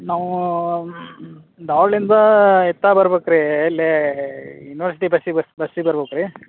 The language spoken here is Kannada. ನಾವು ಧಾರವಾಡ್ದಿಂದ ಎತ್ತ ಬರ್ಬೇಕು ರಿ ಎಲ್ಲಿ ಇನ್ವೋರ್ಸಿಟಿ ಬಸ್ಸಿಗೆ ಬರ್ಬೇಕು ರಿ